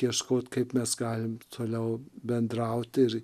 ieškot kaip mes galim toliau bendrauti ir